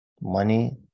Money